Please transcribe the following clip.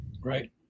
right